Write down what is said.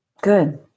Good